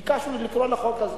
ביקשנו לקרוא לחוק הזה